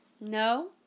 no